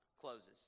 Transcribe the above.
closes